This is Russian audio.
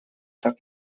так